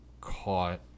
caught